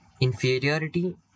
inferiority